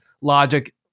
logic